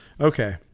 Okay